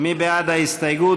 מי בעד ההסתייגות?